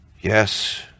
Yes